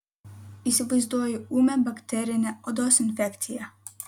įsivaizduoju ūmią bakterinę odos infekciją